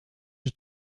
het